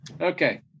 Okay